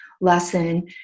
lesson